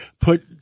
put